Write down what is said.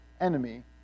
enemy